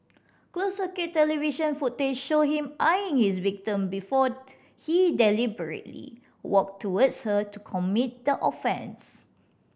closed circuit television footage showed him eyeing his victim before he deliberately walked towards her to commit the offence